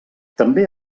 també